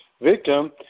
victim